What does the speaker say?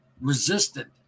resistant